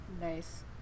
nice